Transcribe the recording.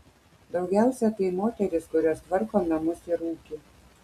daugiausiai tai moterys kurios tvarko namus ir ūkį